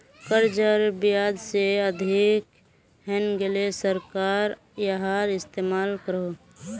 कर्जेर ब्याज से अधिक हैन्गेले सरकार याहार इस्तेमाल करोह